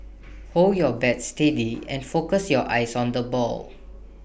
hold your bat steady and focus your eyes on the ball